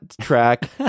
track